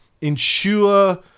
ensure